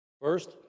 First